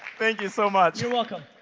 thank you so much. you're welcome.